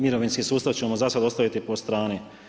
Mirovinski sustav ćemo zasad ostaviti po strani.